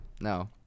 No